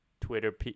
Twitter